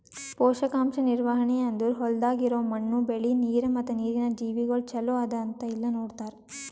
ಪೋಷಕಾಂಶ ನಿರ್ವಹಣೆ ಅಂದುರ್ ಹೊಲ್ದಾಗ್ ಇರೋ ಮಣ್ಣು, ಬೆಳಿ, ನೀರ ಮತ್ತ ನೀರಿನ ಜೀವಿಗೊಳ್ ಚಲೋ ಅದಾ ಇಲ್ಲಾ ನೋಡತಾರ್